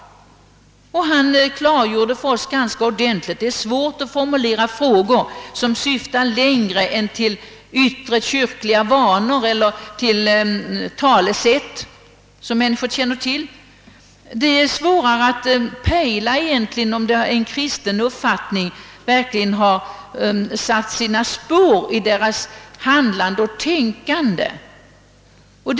Han klargjorde ganska ordentligt, att det är svårt att formulera frågor som kan upplysa om annat än yttre kyrkliga vanor och talesätt. Att riktigt pejla om en kristen uppfattning verkligen satt sina spår i människornas handlande och tänkande är inte lätt.